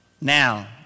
now